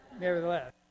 nevertheless